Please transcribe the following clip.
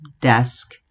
desk